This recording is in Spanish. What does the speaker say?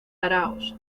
aráoz